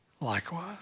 likewise